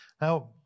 Now